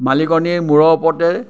মালিকনীৰ মূৰৰ ওপৰতে